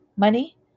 money